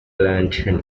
lantern